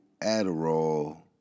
Adderall